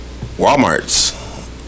Walmart's